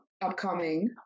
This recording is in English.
upcoming